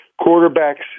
Quarterbacks